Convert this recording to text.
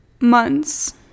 months